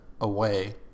away